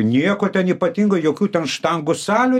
nieko ten ypatingo jokių ten štangų salių